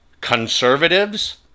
conservatives